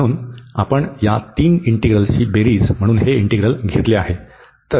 म्हणून आपण या तीन इंटीग्रलची बेरीज म्हणून हे इंटीग्रल घेतले आहे